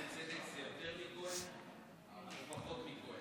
כוהן צדק זה יותר מכוהן או פחות מכוהן?